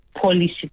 policy